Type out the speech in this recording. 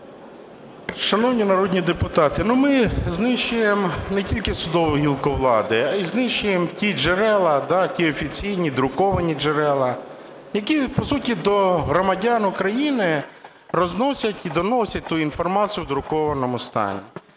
Шановні народні депутати, ми знищуємо не тільки судову гілку влади, а і знищуємо ті джерела, ті офіційні друковані джерела, які, по суті, до громадян України розносять і доносять ту інформацію в друкованому стані.